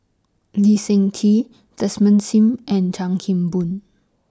Lee Seng Tee Desmond SIM and Chan Kim Boon